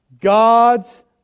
God's